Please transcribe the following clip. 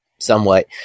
somewhat